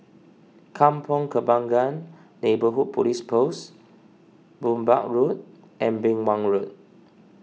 Kampong Kembangan Neighbourhood Police Post Burmah Road and Beng Wan Road